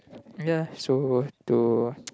ya so to